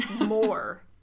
more